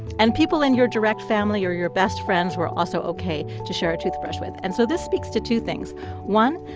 and people in your direct family or your best friends were also okay to share a toothbrush with and so this speaks to two things one,